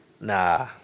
Nah